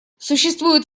существует